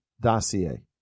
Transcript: dossier